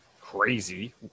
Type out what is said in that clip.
crazy